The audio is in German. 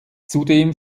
zudem